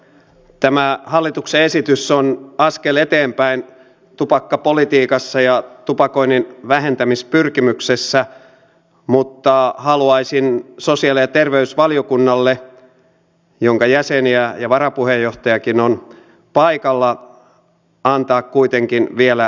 tämä hallituksen esitys on askel eteenpäin tupakkapolitiikassa ja tupakoinnin vähentämispyrkimyksessä mutta haluaisin sosiaali ja terveysvaliokunnalle jonka jäseniä ja varapuheenjohtajakin on paikalla antaa kuitenkin vielä lisälistan